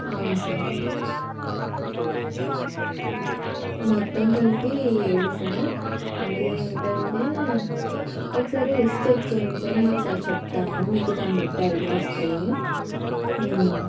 అవును సార్ మొత్తం కలిపి ఏడు సార్ అందులో ఏంటంటే ఒకసారి లిస్ట్ చెక్ చేయండి సార్ నేను ఒకసారి చెప్తాను మీకు దాన్ని బట్టి ఐడియా వస్తుంది